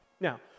Now